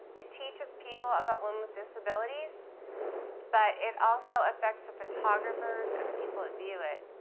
it teaches people about women's disabilities but it also affects the photographers and the people that view it.